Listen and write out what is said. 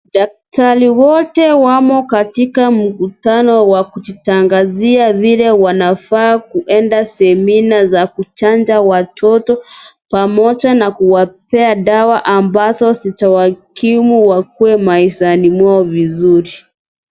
Daktari wote wamo katika mkutano wa kujitangazia vule wanafaa kuenda semina za kuchanja watoto, pamoja na kuwapea dawa ambazo zitawakimu wakue maisani mwao vizuri.